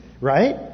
right